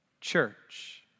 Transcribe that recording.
church